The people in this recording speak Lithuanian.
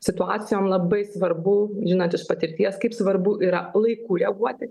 situacijom labai svarbu žinot iš patirties kaip svarbu yra laiku reaguoti